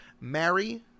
marry